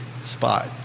spot